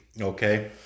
Okay